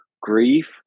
grief